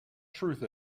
truth